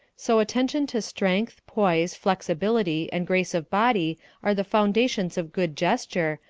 so attention to strength, poise, flexibility, and grace of body are the foundations of good gesture,